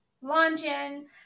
launching